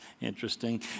interesting